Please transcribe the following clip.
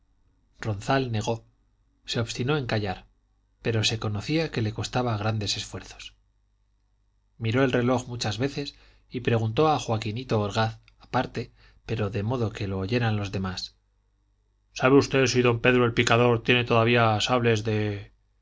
ronzal negó se obstinó en callar pero se conocía que le costaba grandes esfuerzos miró el reloj muchas veces y preguntó a joaquinito orgaz aparte pero de modo que lo oyeran los demás sabe usted si don pedro el picador tiene todavía sables de